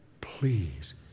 Please